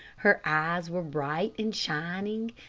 her eyes were bright and shining,